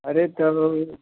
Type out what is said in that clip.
अरे तब